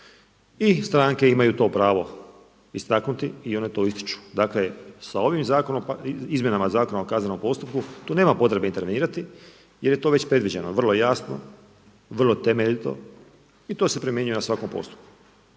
i stranke imaju to pravo istaknuti i one to ističu. Dakle sa ovim zakonom, Izmjenama zakona o kaznenom postupku, tu nema potrebe intervenirati jer je to već predviđeno, vrlo jasno, vrlo temeljito i to se primjenjuje na svakom postupku.